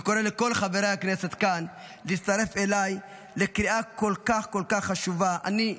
וקורא לכל חברי הכנסת כאן להצטרף אליי לקריאה כל כך כל כך חשובה זו.